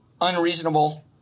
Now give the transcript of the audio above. unreasonable